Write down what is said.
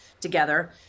together